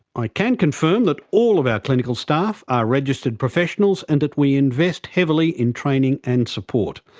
i can confirm that all of our clinical staff are registered professionals and that we invest heavily in training and support.